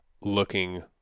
looking